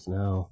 now